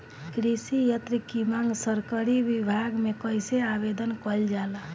कृषि यत्र की मांग सरकरी विभाग में कइसे आवेदन कइल जाला?